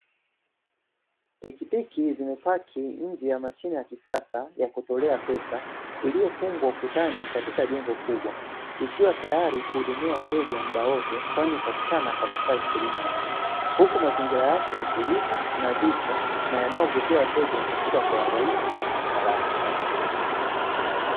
Pikipiki zimepaki nche ya mashine ya kutolea pesa